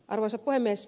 arvoisa puhemies